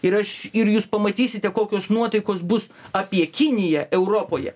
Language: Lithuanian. ir aš ir jūs pamatysite kokios nuotaikos bus apie kiniją europoje